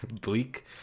bleak